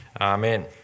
Amen